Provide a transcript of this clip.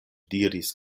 diris